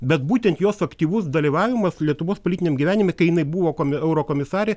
bet būtent jos aktyvus dalyvavimas lietuvos politiniam gyvenime kai jinai buvo kome eurokomisarė